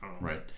Right